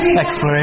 exploration